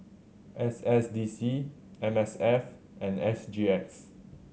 S S D C M S F and S G X